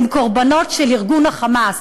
הם קורבנות של ארגון ה"חמאס".